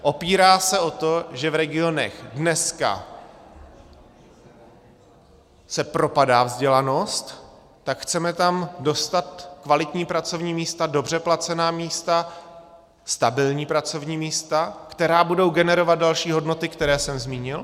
Opírá se o to, že v regionech dneska se propadá vzdělanost, tak chceme tam dostat kvalitní pracovní místa, dobře placená místa, stabilní pracovní místa, která budou generovat další hodnoty, které jsem zmínil.